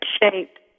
Shaped